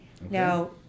Now